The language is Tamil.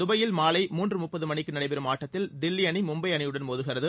துபாயில் மாலை மூன்று முப்பது மணிக்கு நடைபெறும் ஆட்டத்தில் தில்வி அணி மும்பை அணியுடன் மோதுகிறது